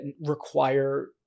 require